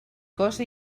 cosa